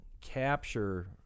capture